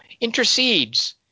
intercedes